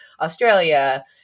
Australia